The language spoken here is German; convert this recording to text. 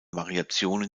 variationen